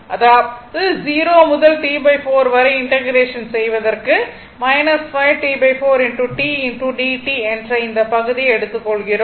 அதாவது 0 முதல் T4 வரை இன்டக்ரேஷன் செய்வதற்க்கு 5 T4 t dt என்ற இந்த பகுதியை எடுத்துக் கொள்கிறோம்